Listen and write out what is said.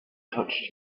touched